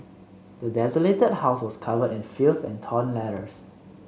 the desolated house was covered in filth and torn letters